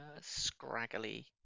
scraggly